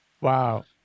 Wow